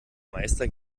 meister